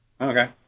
Okay